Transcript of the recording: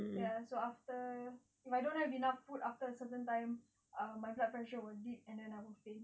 so after if I don't have enough food after a certain time ah my blood pressure will dip and then I will faint